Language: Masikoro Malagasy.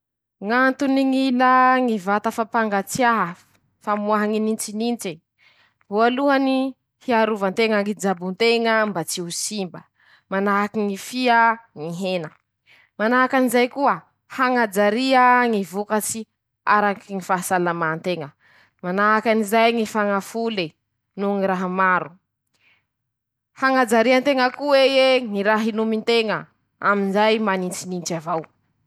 Ñ'antony ñ'ilà ñy vata fapangatsiaha. famoaha ñy nintsinintse: -Voalohany. hiarovan-teña ñy jabon-teña mba tsy ho simba manahaky ñy fia. ñy hena ;manahaky anizay koa. hañajaria ñy vokatsy araky ñy fahasalaman-teña ;manahaky anizay ñy fañafole noho ñy raha maro; hañajarian-teña koa eie ñy raha hinomin-teña amizay manintsinintsy avao.